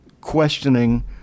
questioning